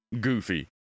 goofy